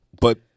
but-